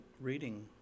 reading